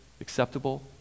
acceptable